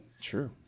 True